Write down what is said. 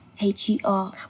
H-E-R